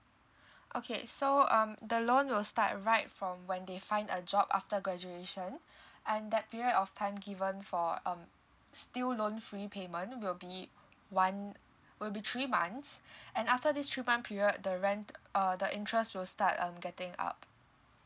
okay so um the loan will start right from when they find a job after graduation and that period of time given for um still loan free payment will be one will be three months and after this three month period the rent uh the interest will start um getting up